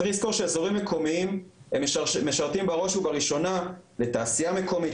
צריך לזכור שאזורים מקומיים הם משרתים בראש ובראשונה לתעשייה מקומית,